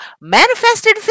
manifested